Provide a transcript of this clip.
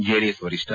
JDS Varishtha